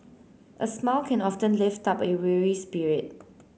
a smile can often lift up a weary spirit